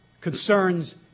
concerns